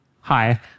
hi